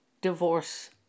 divorce